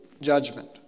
judgment